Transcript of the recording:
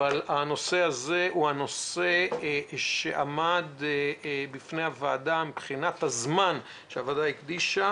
אבל זה נושא שעמד בפני הוועדה וועדת המשנה מבחינת הזמן שהוועדה הקדישה,